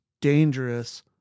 dangerous